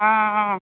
હા હા